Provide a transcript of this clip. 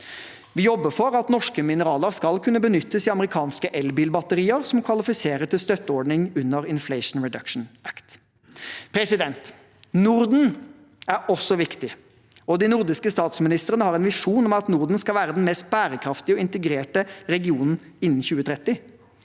Vi jobber for at norske mineraler skal kunne benyttes i amerikanske elbilbatterier som kvalifiserer til støtteordning under Inflation Reduction Act. Norden er også viktig, og de nordiske statsministrene har en visjon om at Norden skal være den mest bærekraftige og integrerte regionen innen 2030.